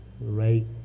right